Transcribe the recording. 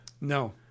No